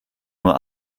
nur